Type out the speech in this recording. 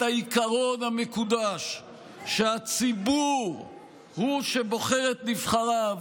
העיקרון המקודש שהציבור הוא שבוחר את נבחריו